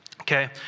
Okay